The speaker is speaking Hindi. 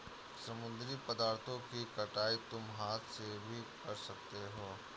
समुद्री पदार्थों की कटाई तुम हाथ से भी कर सकते हो